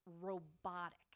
robotic